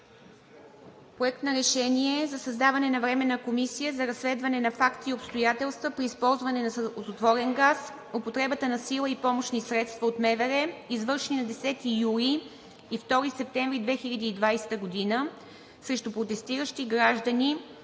Проект за съставяне на Временна комисия за разследване на факти и обстоятелства при използване на сълзотворен газ, употребата на сила и помощни средства от МВР, извършени на 10 юли и 2 септември 2020 г. – последното известно